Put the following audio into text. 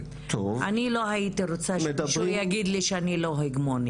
אני לא הייתי רוצה שמישהו יגיד לי שאני לא הגמונית.